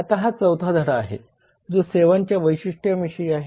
आता हा चौथा धडा आहे जो सेवांच्या वैशिष्ट्यांविषयी आहे